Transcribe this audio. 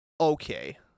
Okay